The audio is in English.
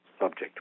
subject